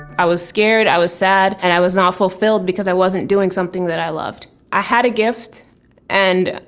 i was scared, i was sad, and i was not fulfilled because i wasn't doing something that i loved. i had a gift and,